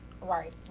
right